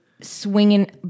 swinging